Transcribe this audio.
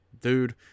dude